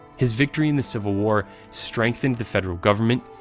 his victory in the civil war strengthened the federal government,